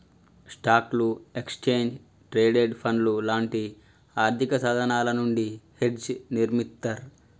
స్టాక్లు, exchange traded ఫండ్లు లాంటి ఆర్థికసాధనాల నుండి హెడ్జ్ని నిర్మిత్తర్